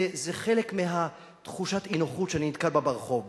זה חלק מתחושת האי-נוחות שאני נתקל בה ברחוב,